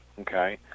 Okay